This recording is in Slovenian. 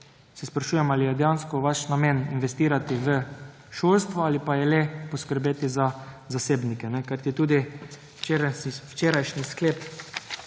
se sprašujem, ali je dejansko vaš namen investirati v šolstvo ali pa je le poskrbeti za zasebnike. Kajti tudi včerajšnji sklep